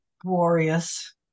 Glorious